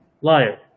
liar